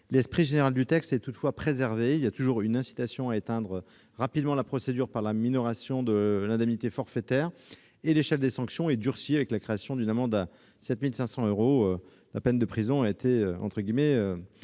L'esprit général du texte est toutefois préservé : il y a toujours une incitation à éteindre rapidement la procédure par la minoration de l'indemnité forfaitaire, et l'échelle des sanctions est durcie, avec la création d'une amende de 7 500 euros, la peine de prison ayant été